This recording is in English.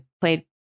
played